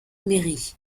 mairie